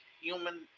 human